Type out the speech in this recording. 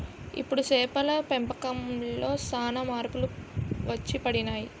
ఇప్పుడు చేపల పెంపకంలో సాన మార్పులు వచ్చిపడినాయి